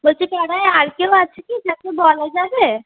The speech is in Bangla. বলছি পাড়ায় আর কেউ আছে কি যাকে বলা যাবে